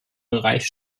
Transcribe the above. bereich